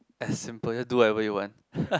as simple just do whatever you want